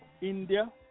India